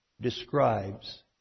describes